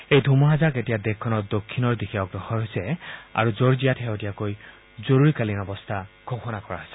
এই ধুমুহাজাক এতিয়া দেশখনৰ দক্ষিণৰ দিশে অগ্ৰসৰ হৈছে আৰু জৰ্জিয়াত শেহতীয়াকৈ জৰুৰীকালীন অৱস্থা ঘোষণা কৰা হৈছে